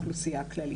לגיל.